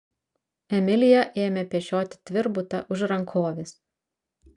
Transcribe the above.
emilija ėmė pešioti tvirbutą už rankovės